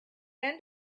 end